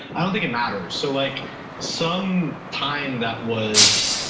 i don't think it matters. so, like some time that was